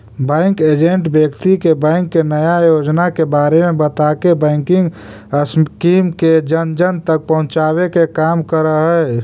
bank agent व्यक्ति के bank के नया योजना के बारे में बताके बैंकिंग स्कीम के जन जन तक पहुंचावे के काम करऽ हइ